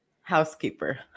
housekeeper